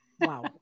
Wow